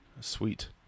Sweet